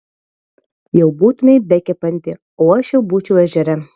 jau būtumei bekepanti o aš jau būčiau ežere